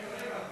רגע,